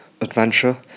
adventure